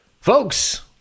folks